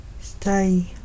stay